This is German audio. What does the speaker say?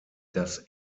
das